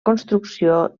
construcció